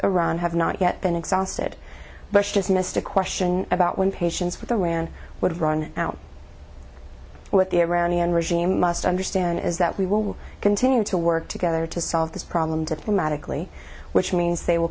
iran have not yet been exhausted bush dismissed a question about when patients with iran would run out what the iranian regime must understand is that we will continue to work together to solve this problem diplomatically which means they will